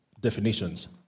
definitions